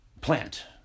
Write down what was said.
plant